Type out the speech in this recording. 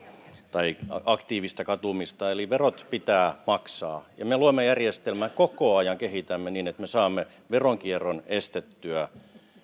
tai aktiivista katumista eli verot pitää maksaa ja me luomme järjestelmää koko ajan kehitämme niin että me saamme veronkierron estettyä